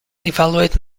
evaluate